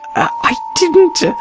i i didn't!